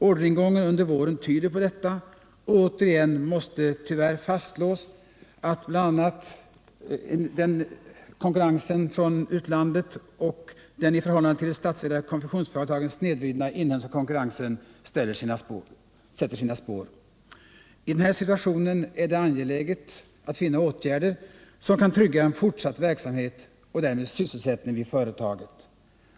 Orderingången under våren tyder på detta, och återigen måste tyvärr fastslås att bl.a. konkurrensen utifrån och den i förhållande till de statsägda konfektionsföretagen snedvridna inhemska konkurrensen sätter sina spår. I den här situationen är det angeläget att finna åtgärder som kan trygga fortsatt verksamhet och därmed sysselsättning vid företaget.